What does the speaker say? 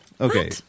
Okay